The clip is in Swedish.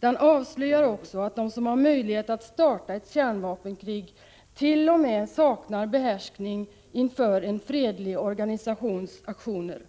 Den avslöjar också att de som har möjlighet att starta ett kärnvapenkrig t.o.m. saknar behärskning inför en fredlig organisations aktioner.